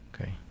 Okay